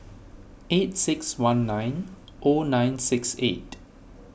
eight six one nine O nine six eight